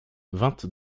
vingt